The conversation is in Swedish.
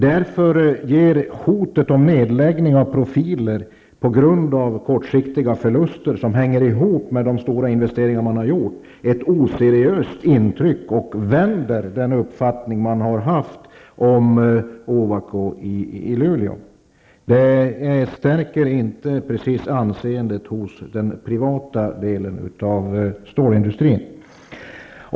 Därför ger hotet om nedläggning av Profiler på grund av kortsiktiga förluster, som hänger ihop med de stora investeringar som man har gjort, ett oseriöst intryck och ändrar den uppfattning som man i Luleå har haft om Ovako. Det stärker inte precis anseendet hos den privata delen av stålindustrin.